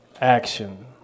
Action